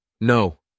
no